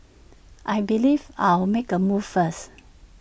I believe I'll make A move first